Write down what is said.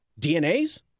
DNAs